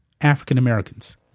African-Americans